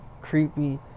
creepy